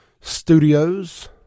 studios